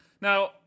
Now